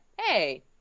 hey